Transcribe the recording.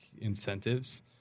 incentives